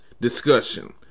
discussion